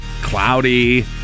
cloudy